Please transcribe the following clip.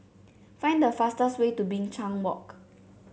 find the fastest way to Binchang Walk